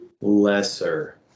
lesser